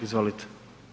Izvolite.